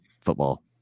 football